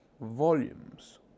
volumes